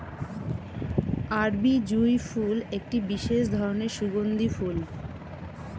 আরবি জুঁই ফুল একটি বিশেষ ধরনের সুগন্ধি ফুল